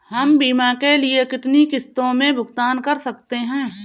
हम बीमा के लिए कितनी किश्तों में भुगतान कर सकते हैं?